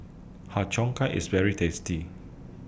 Har Cheong Gai IS very tasty